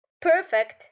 perfect